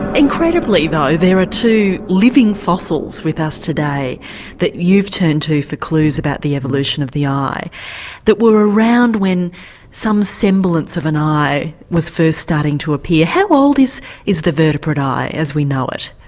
incredibly there are two living fossils with us today that you've turned to for clues about the evolution of the eye that were around when some semblance of an eye was first starting to appear. how old is is the vertebrate eye as we know it?